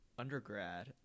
undergrad